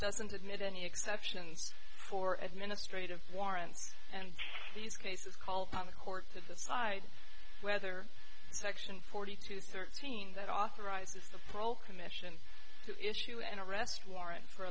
doesn't admit any exceptions for administrative warrants and these cases call upon the court to decide whether section forty two thirteen that authorizes the proles commission to issue an arrest warrant for